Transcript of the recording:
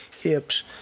hips